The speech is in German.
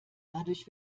dadurch